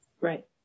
Right